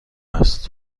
است